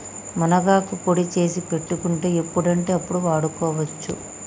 మునగాకు పొడి చేసి పెట్టుకుంటే ఎప్పుడంటే అప్పడు వాడుకోవచ్చు